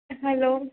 hello